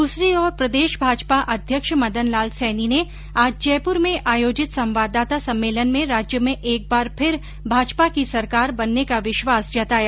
दूसरी ओर प्रदेश भाजपा अध्यक्ष मदन लाल सैनी ने आज जयपुर में आयोजित संवाददाता सम्मेलन में राज्य में एक बार फिर भाजपा की सरकार बनने का विश्वास जताया